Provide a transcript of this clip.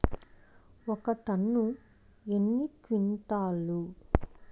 ఒక టన్ను ఎన్ని క్వింటాల్లు?